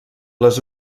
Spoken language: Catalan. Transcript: les